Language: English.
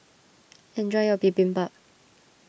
enjoy your Bibimbap